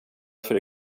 för